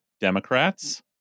Democrats